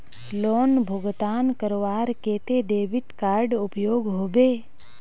Loan भुगतान करवार केते डेबिट कार्ड उपयोग होबे?